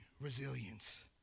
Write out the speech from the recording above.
resilience